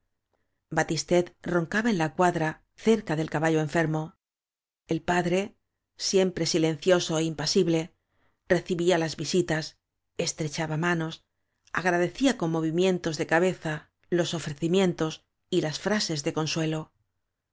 batistet roncaba en la cuadra cerca del caballo enfermo el padre siempre si lencioso é impasible recl bía las visitas estrechaba manos j agradecía con movimientos de cabeza los ofrecimientos y las frases de consuelo